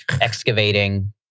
excavating